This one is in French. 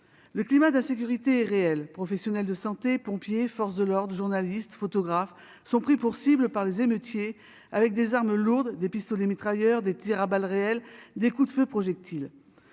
Le climat d'insécurité est réel. Professionnels de santé, pompiers, forces de l'ordre, journalistes et photographes sont pris pour cibles par les émeutiers avec des armes lourdes, des pistolets mitrailleurs, des tirs à balles réelles, des coups de feu et des projectiles.